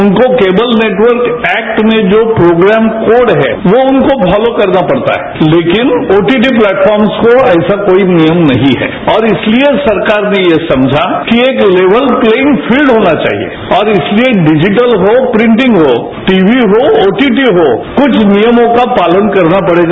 उनको cable network act में जो प्रोग्राम कोड है वो उनको फॉलो करना पड़ता है लेकिन ओटीपी प्लेटफॉर्मस को ऐसा कोई नियम नहीं है और इसलिए सरकार ने ये समझा कि एक लेवल प्ले पिंग फील्ड होना चाहिए और इसलिए बिजिटल हो प्रिटिंग हो टीवी हो ओटीटी हो कुछ नियमों का पालन करना पड़ेगा